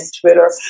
twitter